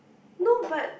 no but